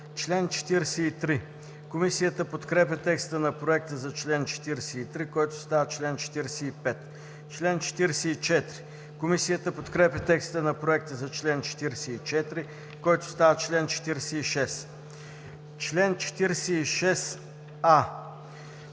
седма. Комисията подкрепя текста на проекта за чл. 43, който става чл. 45. Комисията подкрепя текста на проекта за чл. 44, който става чл. 46. По чл.